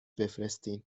بفرستین